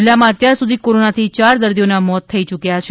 જિલ્લામાં અત્યાર સુધી કોરોનાથી ચાર દર્દીના મોત થયા છે